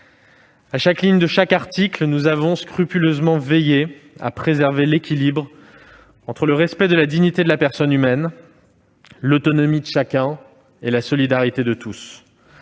À chaque ligne de chaque article, nous avons scrupuleusement veillé à préserver l'équilibre entre le respect de la dignité de la personne humaine, l'autonomie de chacun et la solidarité de tous.